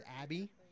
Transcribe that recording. Abby